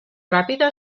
ràpida